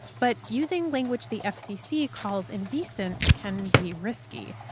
but using language the fcc calls indecent can be risky.